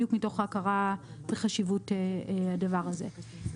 בדיוק מתוך ההכרה בחשיבות הדבר הזה.